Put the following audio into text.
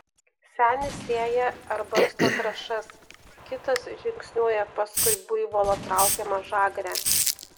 senis sėja ar barsto trąšas kitas žingsniuoja paskui buivolo traukiamą žagrę